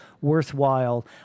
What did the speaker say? worthwhile